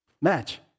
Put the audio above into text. match